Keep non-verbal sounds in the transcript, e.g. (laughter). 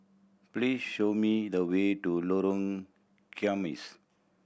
please show me the way to Lorong (unintelligible)